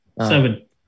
seven